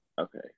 okay